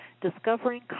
Discovering